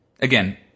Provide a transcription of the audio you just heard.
again